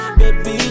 baby